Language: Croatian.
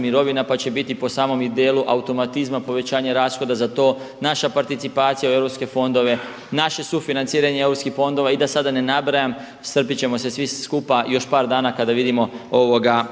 mirovina pa će biti po samom dijelu automatizma, povećanje rashoda za to, naša participacija u EU fondove, naše sufinanciranje europskih fondova i da sada ne nabrajam strpjeti ćemo se svi skupa još par dana kada vidimo